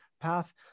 path